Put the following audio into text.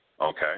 Okay